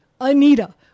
Anita